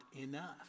enough